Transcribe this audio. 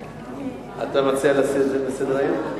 אתה רוצה להסיר את זה מסדר-היום?